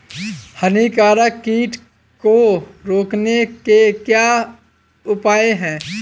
हानिकारक कीट को रोकने के क्या उपाय हैं?